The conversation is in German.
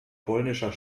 polnischer